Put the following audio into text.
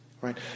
right